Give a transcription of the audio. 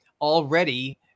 already